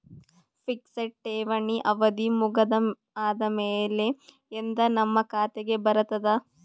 Fixed ಠೇವಣಿ ಅವಧಿ ಮುಗದ ಆದಮೇಲೆ ಎಂದ ನಮ್ಮ ಖಾತೆಗೆ ಬರತದ?